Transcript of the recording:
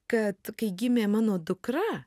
kad kai gimė mano dukra